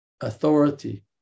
authority